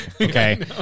okay